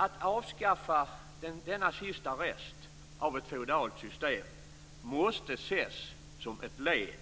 Att avskaffa denna sista rest av ett feodalt system måste ses som ett led